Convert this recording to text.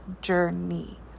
journey